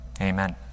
Amen